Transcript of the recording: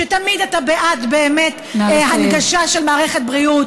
שאתה באמת תמיד בעד הנגשה של מערכת בריאות